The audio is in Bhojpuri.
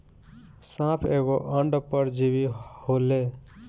साप एगो अंड परजीवी होले